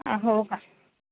हो का